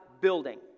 building